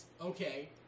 Okay